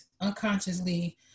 unconsciously